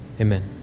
Amen